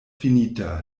finita